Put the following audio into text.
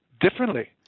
differently